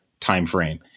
timeframe